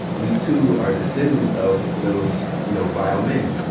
we too are descendants of those, you know, vile men.